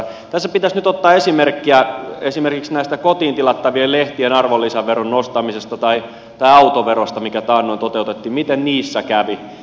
tässä pitäisi nyt ottaa esimerkkiä esimerkiksi näistä kotiin tilattavien lehtien arvonlisäveron nostamisesta tai autoverosta mitkä taannoin toteutettiin miten niissä kävi